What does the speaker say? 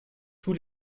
tout